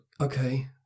Okay